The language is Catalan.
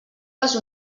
les